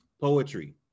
poetry